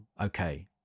okay